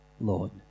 Lord